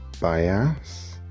bias